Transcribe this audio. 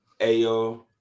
Ayo